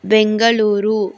Bengaluru